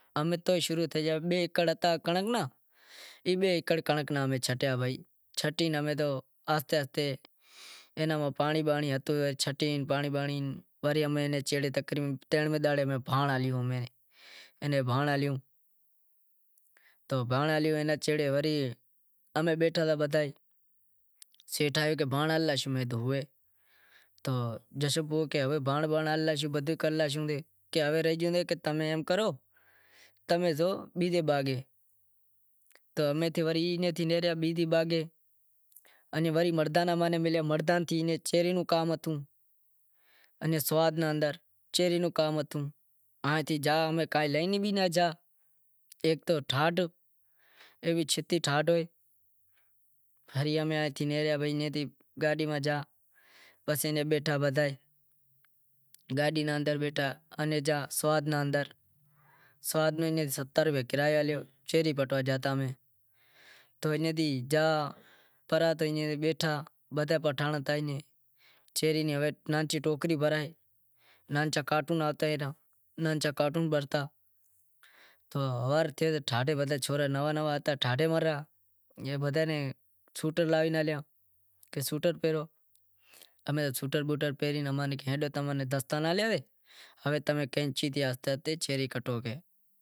امیں تو شروع تھے گیا کنڑنک ناں، ای چھٹی آہستے آہستے پانڑی بانڑی بھری پسے ترن دہاڑے بھانڑ ہالیو اینے بھانڑ ہالیو اینا چھیڑے امیں بیٹھا ہتا بدہا ئے سیٹھ کیدہو بھانڑ ہنڑی لاشو؟ یں کیدہو ہوئے، بھانڑ بانڑ ہنڑے لاشوں بدہو ئی کرے لاشوں سے ہوے تمیں ایم کرو تمیں زائو بیزے باغے، تو امیں ایئں تھی نیکریا بیزے باغے آں تھی کا لین بھی ناں زاں ہیک تو ایوی چھتی ٹھاڈ ہوئ۔ تو اینے تھی سوات گیا بدہا پٹھان ہتا ناں ٹوکری بھرائیں ناں کارٹون ناں ہاتھ ڈیں ناں کارٹون بھرتا تو ہوارے چھورا نواں نواں ہتا ٹھاڈے مرے ریا ایئں بدہا نیں سوئیٹر لاوی ہالیا، امیں سوئیٹر بوئیٹر پہرے دستانا پہرے